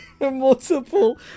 multiple